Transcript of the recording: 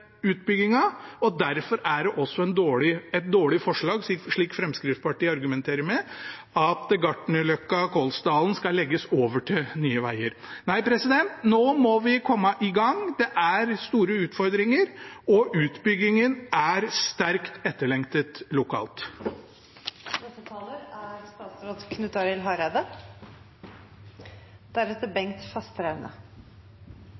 Derfor er det også et dårlig forslag at Gartnerløkka–Kolsdalen skal legges over til Nye Veier, slik Fremskrittspartiet argumenterer med. Nei, nå må vi komme i gang. Det er store utfordringer, og utbyggingen er sterkt etterlengtet lokalt. Representanten Hans Fredrik Grøvan sa det veldig godt: Dette er